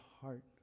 heart